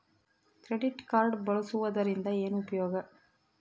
Credit card ಬಳಸುವದರಿಂದ ಏನು ಉಪಯೋಗ?